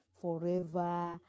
forever